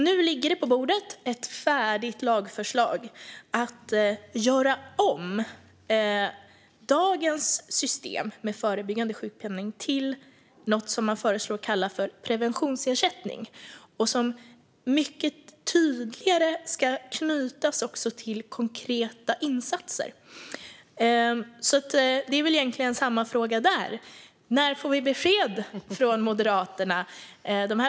Nu ligger det ett färdigt lagförslag på bordet om att göra om dagens system med förebyggande sjukpenning till något man föreslår kalla preventionsersättning och som mycket tydligare ska knytas till konkreta insatser. Jag har väl egentligen samma fråga här. När vi får vi besked från Moderaterna?